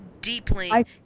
deeply